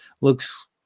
looks